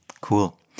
Cool